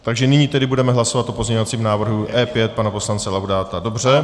Takže nyní tedy budeme hlasovat o pozměňovacím návrhu E5 pana poslance Laudáta, dobře.